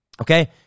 okay